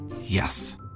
Yes